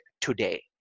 today